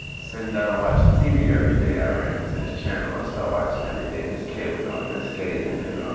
sitting down, watching tv every day, i ran into this channel i started watching every day, and this kid was on there skating. and